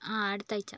ആ അടുത്ത അഴ്ച്ച